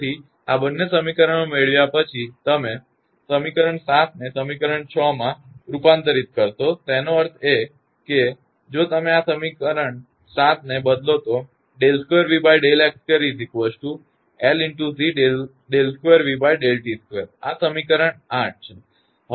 તેથી આ બંને સમીકરણો મેળવ્યા પછી તમે સમીકરણ 7 ને સમીકરણ 6 માં સ્થાનાંતરિત કરો તેનો અર્થ એ કે જો તમે આ એક સમીકરણ 7 ને બદલો તો આ સમીકરણ 8 છે